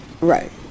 Right